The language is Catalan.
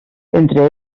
entre